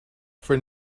for